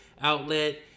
outlet